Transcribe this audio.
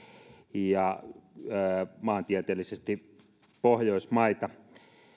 ja maantieteellisesti pohjoismaita